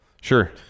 Sure